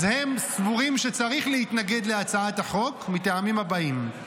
אז הם סבורים שצריך להתנגד להצעת החוק מהטעמים הבאים: